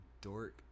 dork